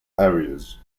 areas